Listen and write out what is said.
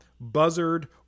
Buzzard